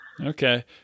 Okay